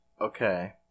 Okay